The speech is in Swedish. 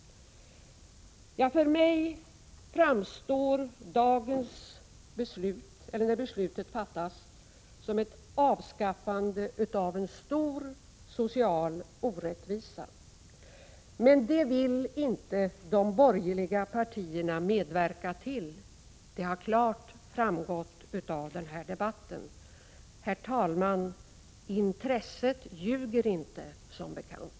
För mig framstår beslutet, när det fattas, som ett avskaffande av en stor social orättvisa. Men detta vill de borgerliga partierna inte medverka till. Det har klart framgått av debatten. Herr talman! Intresset ljuger inte, som bekant.